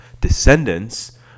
descendants